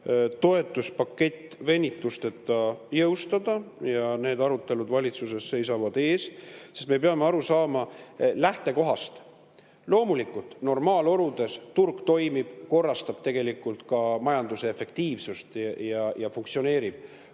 toetuspakett venitusteta jõustada. Need arutelud valitsuses seisavad ees. Me peame aru saama lähtekohast. Loomulikult normaaloludes turg toimib, korrastab ka majanduse efektiivsust ja funktsioneerib,